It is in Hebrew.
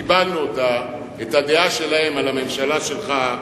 קיבלנו אותה, את הדעה שלהם, על הממשלה שלך,